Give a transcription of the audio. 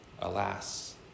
Alas